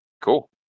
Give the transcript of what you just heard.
Cool